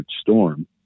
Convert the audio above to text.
Storm